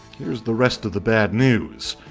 here's the rest of the bad news.